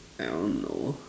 I don't know